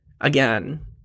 again